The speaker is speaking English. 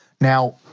Now